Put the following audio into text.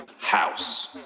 House